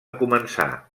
començar